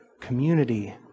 community